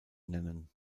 nennen